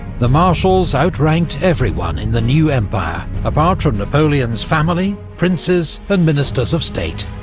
the marshals outranked everyone in the new empire apart from napoleon's family, princes and ministers of state.